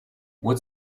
what